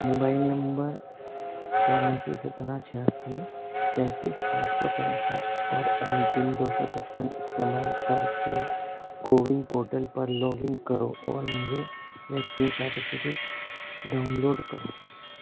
mobile number چوراسی سترہ چھیاسی سینتیس آٹھ سو پینسٹھ اور ایم پن دو سو پچپن استعمال کر کے کوون پورٹل پر لاگ ان کرو اور میرے ویکسین سرٹیفکیٹ ڈاؤن لوڈ کرو